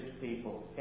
people